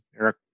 Eric